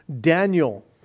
Daniel